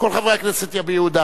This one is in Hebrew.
כל חברי הכנסת יביעו את דעתם,